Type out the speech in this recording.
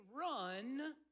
run